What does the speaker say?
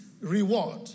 reward